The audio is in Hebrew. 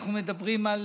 אנחנו מדברים על